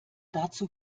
dazu